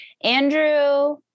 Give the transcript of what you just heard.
Andrew